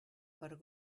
per